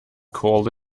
call